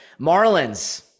Marlins